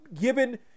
given